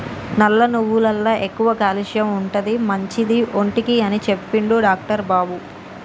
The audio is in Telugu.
నల్ల నువ్వులల్ల ఎక్కువ క్యాల్షియం ఉంటది, మంచిది ఒంటికి అని చెప్పిండు డాక్టర్ బాబు